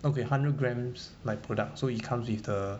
okay hundred grams like product so it comes with the